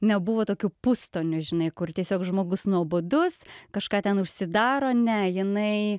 nebuvo tokių pustonių žinai kur tiesiog žmogus nuobodus kažką ten užsidaro ne jinai